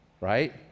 Right